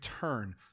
turn